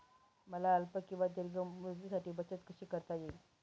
मला अल्प किंवा दीर्घ मुदतीसाठी बचत कशी करता येईल?